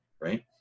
right